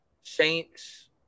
Saints